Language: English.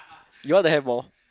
you want to have more